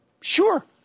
Sure